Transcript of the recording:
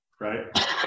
right